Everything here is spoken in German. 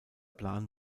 plan